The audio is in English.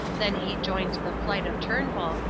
then he joined the flight of turnbull,